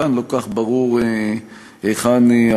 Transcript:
ולכן גם כאן לא כל כך ברור היכן הבעיה.